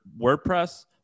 WordPress